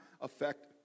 affect